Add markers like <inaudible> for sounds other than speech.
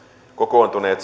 kokoontuneet <unintelligible>